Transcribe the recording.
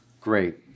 Great